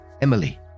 Emily